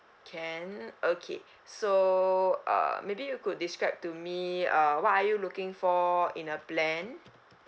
can okay so err maybe you could describe to me uh what are you looking for in a plan